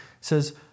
says